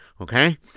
okay